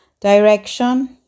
direction